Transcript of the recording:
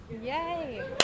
Yay